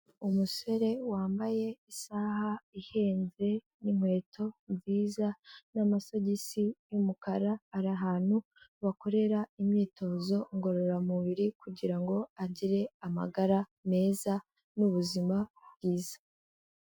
Umusore wambaye isaha ihenze n'inkweto nziza n'amasogisi y'umukara, ari ahantu bakorera imyitozo ngororamubiri kugira ngo agire amagara meza n'ubuzima bwiza.